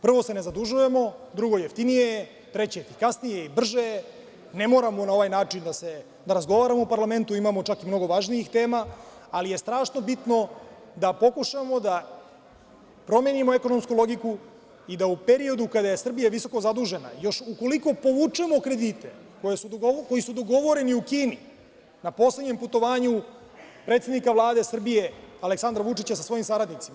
Prvo se ne zadužujemo, drugo jeftinije je, treće efikasnije i brže, ne moramo na ovaj način da razgovaramo u Parlamentu, imamo čak i mnogo važnijih tema, ali je strašno bitno da pokušamo da promenimo ekonomsku logiku i da u periodu kada je Srbija visoko zadužena, još ukoliko povučemo kredite koji su dogovoreni u Kini, na poslednjem putovanju predsednika Vlade Srbije Aleksandra Vučića sa svojim saradnicima.